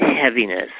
heaviness